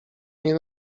nie